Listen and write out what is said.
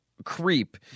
Creep